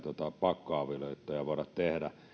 pakkoavioliittoja voida tehdä